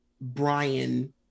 brian